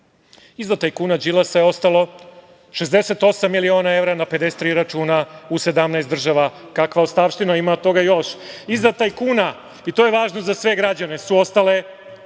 Iza tajkuna, i to je važno za sve građane, su ostale